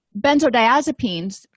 benzodiazepines